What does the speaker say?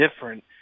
different